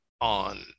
on